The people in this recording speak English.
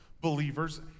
believers